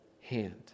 hand